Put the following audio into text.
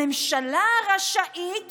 הממשלה רשאית